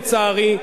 לצערי,